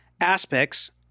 aspects